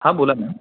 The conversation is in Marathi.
हां बोला मॅम